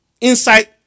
inside